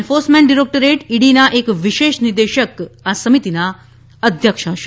enforcement directorate ઇડીના એક વિશેષ નિદેશક આ સમિતિના અધ્યક્ષ હશે